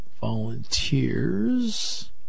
volunteers